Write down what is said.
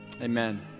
Amen